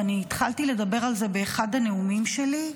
ואני התחלתי לדבר על זה באחד הנאומים שלי,